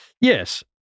Yes